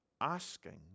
asking